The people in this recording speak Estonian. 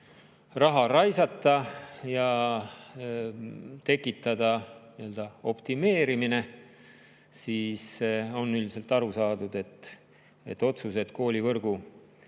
raha raisata ja tekitada nii-öelda optimeerimine, siis on üldiselt aru saadud, et otsused koolivõrgu